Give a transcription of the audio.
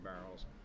barrels